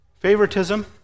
Favoritism